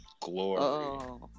Glory